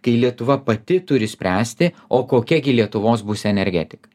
kai lietuva pati turi spręsti o kokia gi lietuvos bus energetika